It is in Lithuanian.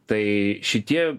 tai šitie